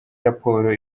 raporo